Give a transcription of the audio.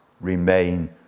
remain